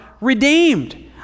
redeemed